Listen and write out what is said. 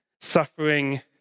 suffering